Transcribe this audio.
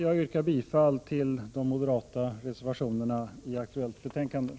Jag yrkar bifall till de moderata reservationerna i det aktuella betänkandet.